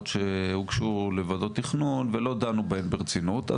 שהוגשו לוועדות תכנון ולא דנו בהן ברצינות.